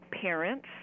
parents